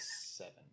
seven